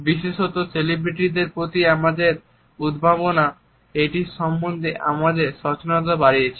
বিশেষত সেলিব্রিটিদের প্রতি আমাদের উন্মাদনা এটির সম্ভন্ধে আমাদের সচেতনতা বাড়িয়েছে